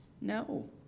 No